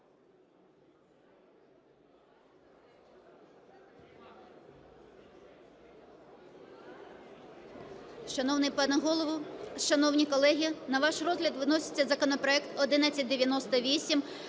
Шановний пане Голово, шановні колеги, на ваш розгляд виноситься законопроект 1198